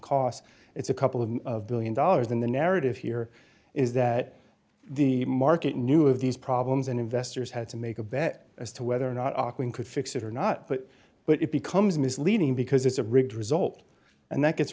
cost it's a couple of one billion dollars in the narrative here is that the market knew of these problems and investors had to make a bet as to whether or not talking could fix it or not but but it becomes misleading because it's a rigged result and that gets